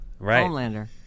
Homelander